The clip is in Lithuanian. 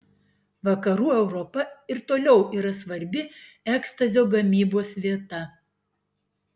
vakarų europa ir toliau yra svarbi ekstazio gamybos vieta